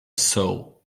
saw